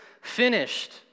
finished